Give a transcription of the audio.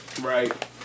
right